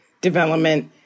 development